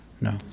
No